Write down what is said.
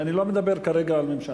אני לא מדבר כרגע על ממשלה,